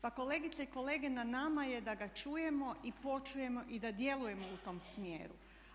Pa kolegice i kolege na nama je da ga čujemo i počujemo i da djelujemo u tom smjeru.